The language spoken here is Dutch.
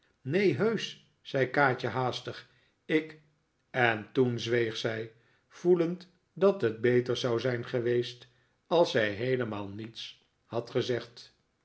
neen heusch zei kaatje haastig ik en toen zweeg zij voelend dat het beter zou zijn geweest als zij heelemaal niets had gezegd